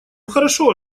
хорошо